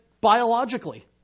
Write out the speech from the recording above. biologically